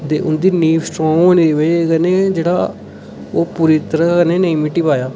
ते उं'दी नींव स्ट्रांग होने दी वजह कन्नै जेह्ड़ा ओह् पूरी तरह् कन्नै नेईं मिटी पाया